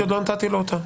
כי עוד לא נתתי לו אותה.